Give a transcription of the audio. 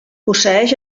posseeix